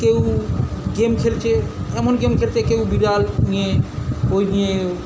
কেউ গেম খেলছে এমন গেম খেলছে কেউ বিড়াল নিয়ে বই নিয়ে